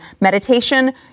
meditation